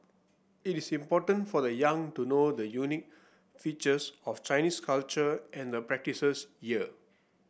it is important for the young to know the unique features of Chinese culture and the practices year